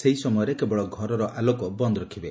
ସେହି ସମୟରେ କେବଳ ଘରର ଆଲୋକ ବନ୍ଦ୍ ରଖିବେ